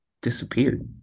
disappeared